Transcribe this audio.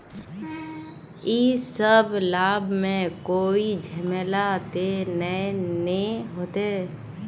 इ सब लाभ में कोई झमेला ते नय ने होते?